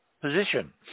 position